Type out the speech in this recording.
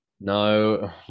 No